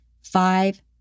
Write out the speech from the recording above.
five